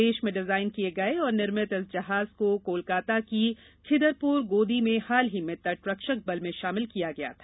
देश में डिजाइन किए गए और निर्मित इस जहाज को कोलकाता की खिदरपोर गोदी में हाल ही में तट रक्षक बल में शामिल किया गया था